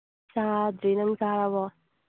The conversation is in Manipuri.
ꯆꯥꯗ꯭ꯔꯤ ꯅꯪ ꯆꯥꯔꯕꯣ